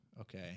okay